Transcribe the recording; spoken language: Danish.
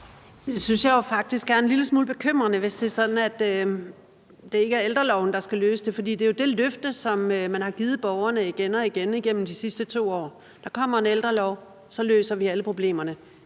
Det synes jeg jo faktisk er en lille smule bekymrende, hvis det er sådan, at det ikke er ældreloven, der skal løse det, for det er jo det løfte, som man har givet borgerne igen og igen igennem de sidste 2 år: Der kommer en ældrelov, og så løser vi alle problemerne.